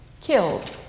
killed